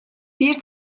bir